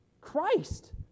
Christ